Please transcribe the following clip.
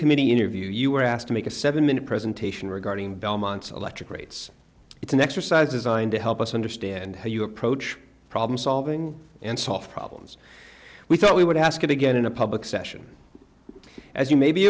committee interview you were asked to make a seven minute presentation regarding belmont's electric rates it's an exercise designed to help us understand how you approach a problem solving and soft problems we thought we would ask you to get in a public session as you may be